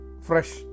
Fresh